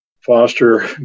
foster